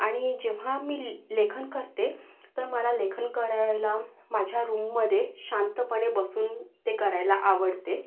आणि जेव्हा मी लि लेखन करते तर मला लेखन करायला माझ्या रूममध्ये शांतपणे बसून ते करायला आवडते